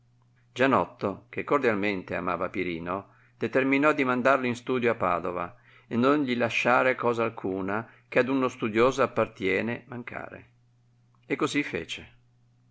gianotto che cordialraeate amava pirino determinò di mandarlo in studio a padova e non gli lasciare cosa alcuna che ad uno studioso appartiene mancare e cosi fece